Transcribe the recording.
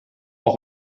auch